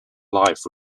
life